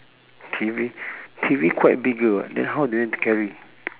T_V T_V quite bigger [what] then how do you carry